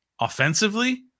offensively